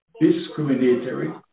discriminatory